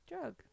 drug